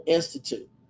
Institute